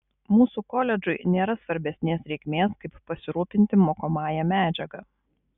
mūsų koledžui nėra svarbesnės reikmės kaip pasirūpinti mokomąja medžiaga